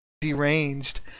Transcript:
deranged